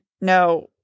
No